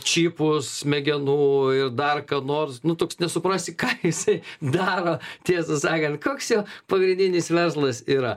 čipus smegenų ir dar nors nu toks nesuprasi ką jisai daro tiesą sakant koks jo pagrindinis verslas yra